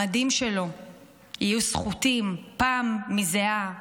המדים שלו יהיו סחוטים פעם מזיעה,